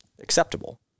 Acceptable